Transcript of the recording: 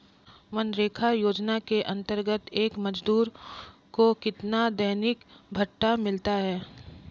मनरेगा योजना के अंतर्गत एक मजदूर को कितना दैनिक भत्ता मिलता है?